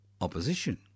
opposition